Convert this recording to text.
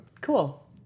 Cool